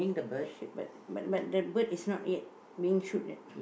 shoot but but but the bird is not yet been shoot yet